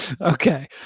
Okay